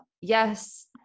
yes